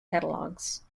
catalogues